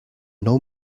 nou